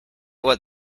what